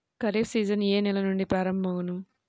Kharif season ఏ నెల నుండి ప్రారంభం అగును?